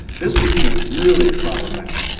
this became really problematic.